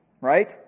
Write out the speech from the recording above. Right